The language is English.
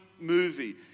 movie